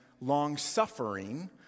long-suffering